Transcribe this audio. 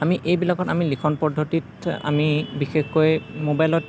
আমি এইবিলাকত আমি লিখন পদ্ধতিত আমি বিশেষকৈ ম'বাইলত